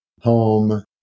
home